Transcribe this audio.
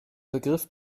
begriff